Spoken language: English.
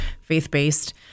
faith-based